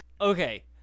Okay